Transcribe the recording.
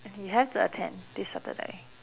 you have to attend this Saturday